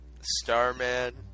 Starman